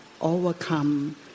overcome